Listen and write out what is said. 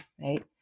right